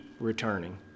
returning